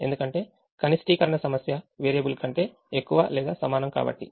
ఎందుకంటే కనిష్టీకరణ సమస్య వేరియబుల్ కంటే ఎక్కువ లేదా సమానం కాబట్టి